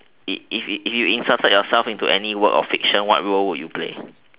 if if if you inserted yourself into any work of fiction what role would you play